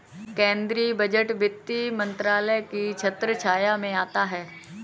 केंद्रीय बजट वित्त मंत्रालय की छत्रछाया में आता है